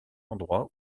endroit